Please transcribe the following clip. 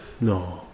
No